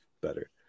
better